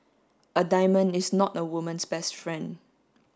a diamond is not a woman's best friend